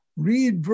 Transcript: Read